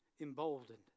emboldened